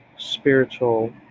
spiritual